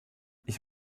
ich